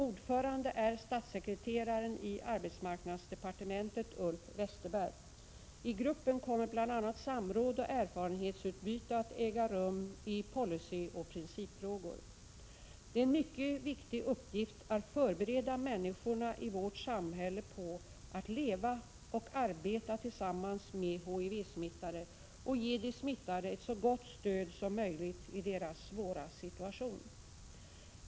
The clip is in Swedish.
Ordförande är statssekreteraren i arbetsmarknadsdepartementet, Ulf Westerberg. I gruppen kommer bl.a. samråd och erfarenhetsutbyte att äga rum i policyoch principfrågor. Det är en mycket viktig uppgift att förbereda människorna i vårt samhälle på att leva och arbeta tillsammans med HIV-smittade och ge de smittade ett så gott stöd som möjligt i deras svåra situation.